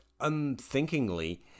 unthinkingly